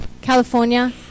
California